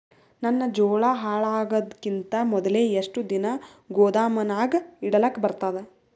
ನನ್ನ ಜೋಳಾ ಹಾಳಾಗದಕ್ಕಿಂತ ಮೊದಲೇ ಎಷ್ಟು ದಿನ ಗೊದಾಮನ್ಯಾಗ ಇಡಲಕ ಬರ್ತಾದ?